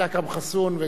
וגם שכיב שנאן,